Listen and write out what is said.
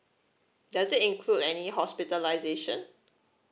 does it include any hospitalisation